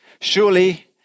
Surely